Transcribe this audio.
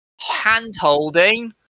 hand-holding